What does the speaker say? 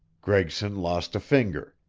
gregson lost a finger.